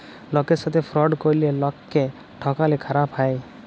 লকের সাথে ফ্রড ক্যরলে লকক্যে ঠকালে খারাপ হ্যায়